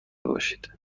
باشید